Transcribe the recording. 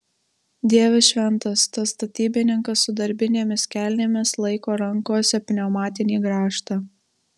dieve šventas tas statybininkas su darbinėmis kelnėmis laiko rankose pneumatinį grąžtą